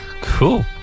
cool